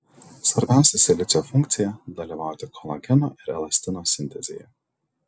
svarbiausia silicio funkcija dalyvauti kolageno ir elastino sintezėje